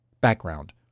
Background